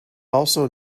also